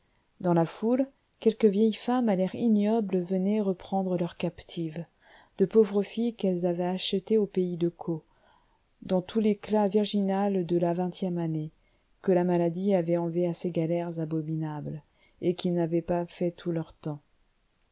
dans la foule quelques vieilles femmes à l'air ignoble venaient reprendre leurs captives de pauvres filles qu'elles avaient achetées au pays de caux dans tout l'éclat virginal de la vingtième année que la maladie avait enlevées à ces galères abominables et qui n'avaient pas fait tout leur temps